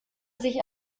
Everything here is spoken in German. sich